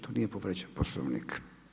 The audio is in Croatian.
To nije povrijeđen Poslovnik.